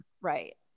Right